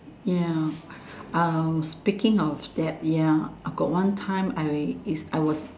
ya uh speaking of that ya I got one time I'll I was